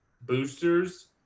boosters